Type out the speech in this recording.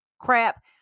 crap